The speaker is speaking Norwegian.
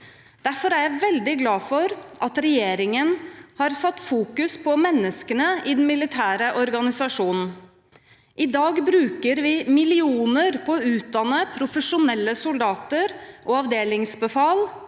Derfor er jeg veldig glad for at regjeringen har satt fokus på menneskene i den militære organisasjonen. I dag bruker vi millioner på å utdanne profesjonelle soldater og avdelingsbefal,